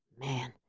man